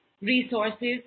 resources